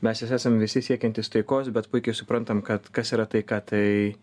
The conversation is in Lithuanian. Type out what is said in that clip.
mes es esam visi siekiantys taikos bet puikiai suprantam kad kas yra taika tai